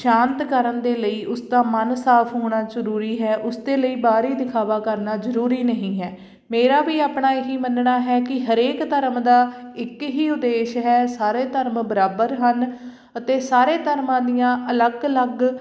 ਸ਼ਾਂਤ ਕਰਨ ਦੇ ਲਈ ਉਸਦਾ ਮਨ ਸਾਫ ਹੋਣਾ ਜ਼ਰੂਰੀ ਹੈ ਉਸਦੇ ਲਈ ਬਾਹਰੀ ਦਿਖਾਵਾ ਕਰਨਾ ਜ਼ਰੂਰੀ ਨਹੀਂ ਹੈ ਮੇਰਾ ਵੀ ਆਪਣਾ ਇਹੀ ਮੰਨਣਾ ਹੈ ਕਿ ਹਰੇਕ ਧਰਮ ਦਾ ਇੱਕ ਹੀ ਉਦੇਸ਼ ਹੈ ਸਾਰੇ ਧਰਮ ਬਰਾਬਰ ਹਨ ਅਤੇ ਸਾਰੇ ਧਰਮਾਂ ਦੀਆਂ ਅਲੱਗ ਅਲੱਗ